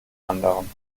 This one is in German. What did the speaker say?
anderen